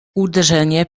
uderzenie